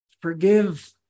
Forgive